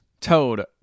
Toad